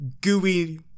gooey